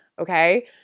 okay